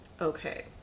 okay